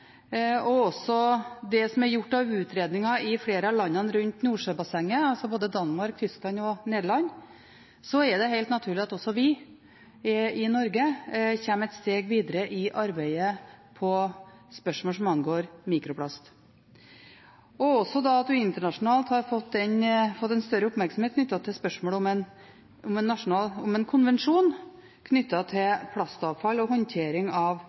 og også det som er gjort av utredninger i flere av landene rundt Nordsjøbassenget, altså både Danmark, Tyskland og Nederland, er det helt naturlig at også vi i Norge kommer et steg videre i arbeidet med spørsmål som angår mikroplast, og også at en internasjonalt har fått en større oppmerksomhet knyttet til spørsmålet om en konvensjon knyttet til plastavfall og håndtering av